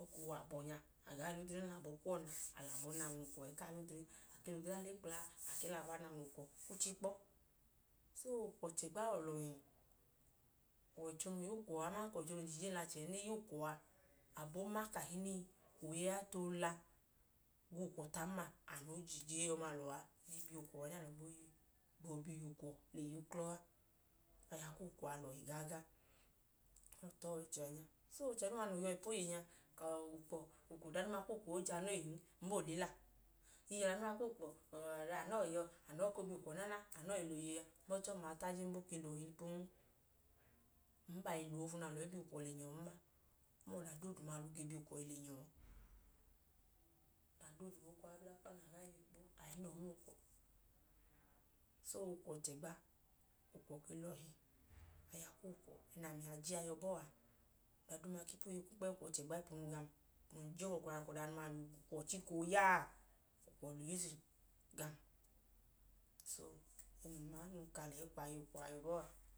O koo wẹ abọ nya, a gaa le odre mla abọ kuwọ nya, a lẹ abọ na mla ukwọ ẹẹ kaa le odre. A ke lẹ odre a le kpla a, a lẹ abọ a na mla ukwọ kwuche kpọ. So, ukwọ chẹgba lọọlọhi. Ọwọicho noo ya ukwọ aman nẹ o je ijeyi lẹ achẹ gbọbu ẹẹ nẹ e ya ukwọ a, abọ o ma kahinii oyeyi a i too la gwu ukwọ tan ma, nẹ o je ijeyi ọma lẹ uwa ne bi ukwọ, anu nẹ alọ gboo bi ukwọ le yuklọ a. Aya ku ukwọ a lọhi gaaga. Alọ ta ọwọicho ahinya. So, ọchẹ duuma noo yọ ipu oyeyi nya, ka ukwọ, ọda duuma ku ukwọ ọọ i jẹ anọọ eyin, n bẹ o wẹ olila. Ii, ọda duuma ku ukwọ, anọọ yọ, anọọ i koo bi ukwọn naana, n bẹ ọchẹ ọma i ta jen aman ka o lẹ ohilipun. N bẹ ayinu ofoofunu nẹ alọ i bi ukwọ le nyọn ma. Ọda dooduma alọ ge bi ukwọ le na ọọ. Ọda doodu, o koo wẹ ablakpa na gaa le wu ikpo, a i bi ukwọ le nya ọọ. So, ukwọ chẹgba, ukwọ ke lọhi. Aya ku ukwọ na amiya je a yọ bọọ a. Ọda duuma ku ipu oyeyi kpẹẹm ukwọ chẹgba ipunu ga. Ng je abalọbaa ka ọda nẹ ukwọ chika ooya, ukwọ lẹ urizin gam. So, ẹẹ num ma noo i ka lẹyi kwu aya ukwọ a yọ bọọ a.